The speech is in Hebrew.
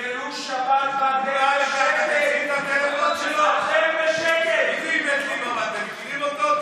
אתם רוצים את הטלפון שלו, אתם מכירים אותו?